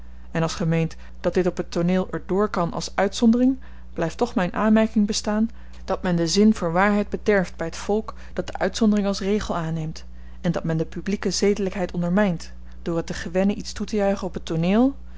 en als ge meent dat dit op het tooneel er dr kan als uitzondering blyft toch myn aanmerking bestaan dat men den zin voor waarheid bederft by het volk dat de uitzondering als regel aanneemt en dat men de publieke zedelykheid ondermynt door het te gewennen iets toetejuichen op het tooneel